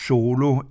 Solo